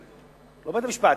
לא בית-המשפט.